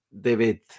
David